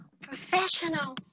professional